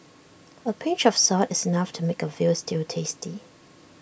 A pinch of salt is enough to make A Veal Stew tasty